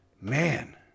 man